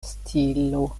stilo